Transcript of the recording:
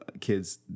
kids